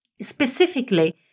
specifically